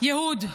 יחי יהוד.